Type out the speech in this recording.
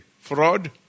fraud